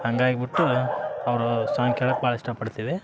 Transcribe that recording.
ಹಂಗಾಗ್ಬುಟ್ಟು ಅವರು ಸಾಂಗ್ ಕೇಳೋಕ್ ಭಾಳ್ ಇಷ್ಟ ಪಡ್ತಿವಿ